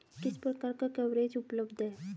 किस प्रकार का कवरेज उपलब्ध है?